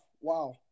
Wow